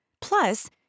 plus